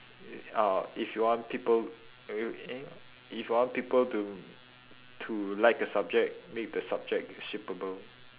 uh if you want people eh wa wai~ eh if you want people to to like a subject make the subject shippable